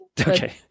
Okay